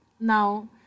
Now